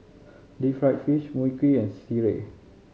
deep fried fish Mui Kee and sireh